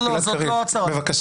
לא, לא, זאת לא הצהרת פתיחה.